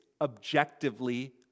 objectively